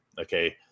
Okay